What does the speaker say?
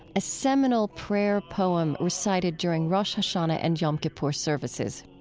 a seminal prayer poem recited during rosh hashanah and yom kippur services.